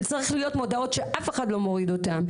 צריך להיות מודעות שאף חד לא מוריד אותן.